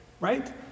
right